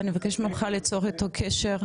ואני מבקשת ממך ליצור איתו קשר,